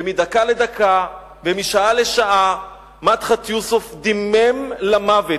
ומדקה לדקה ומשעה לשעה מדחת יוסף דימם למוות,